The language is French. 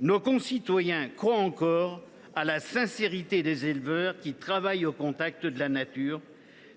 nos concitoyens croient encore à la sincérité des éleveurs, qui travaillent au contact de la nature.